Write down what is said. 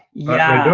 yeah,